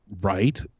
right